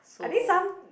I think some